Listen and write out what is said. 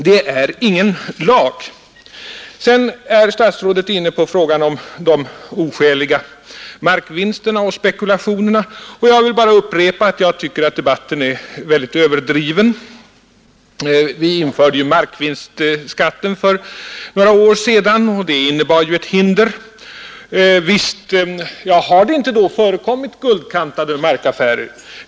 Statsrådet kommer sedan in på frågan om de oskäliga markvinsterna och spekulationerna. Jag vill bara upprepa att jag tycker att debatten är väldigt överdriven. Vi införde ju markvinstbeskattningen för några år sedan, och den innebar ju ett hinder. Har det då inte förekommit guldkantade markaffärer?